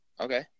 Okay